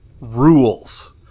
rules